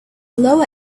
lower